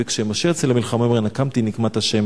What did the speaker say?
וכשמשה יוצא למלחמה הוא אומר: נקמתי נקמת ה',